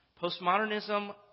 Postmodernism